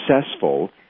successful